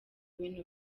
bintu